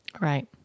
Right